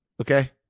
okay